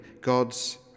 God's